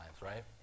right